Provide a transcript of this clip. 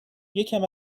یکم